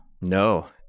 No